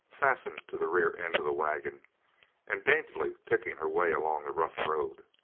fastened to the rear end of the wagon and daintily picking her way along the rough road.